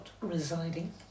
residing